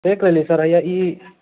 पे कयली सर हइयाँ ई